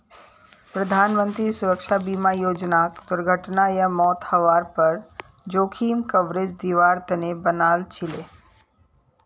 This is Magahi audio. प्रधानमंत्री सुरक्षा बीमा योजनाक दुर्घटना या मौत हवार पर जोखिम कवरेज दिवार तने बनाल छीले